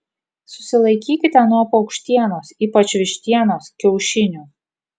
susilaikykite nuo paukštienos ypač vištienos kiaušinių